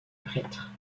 prêtre